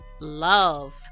Love